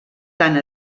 tant